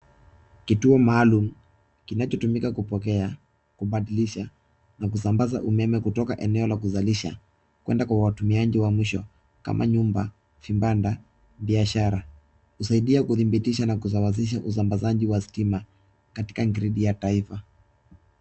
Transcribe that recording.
Kituo maalum kinacho tumika kupokea, kubadilisha na kuzambaza umme kutoka eneo ya kuzalisha kwenda kwa watumiaji wa mwisho kama nyumba, vipanda, biashara. Usaidia kutibisha na kusawasisha usambazaji wa stima katika gridi ya taifa.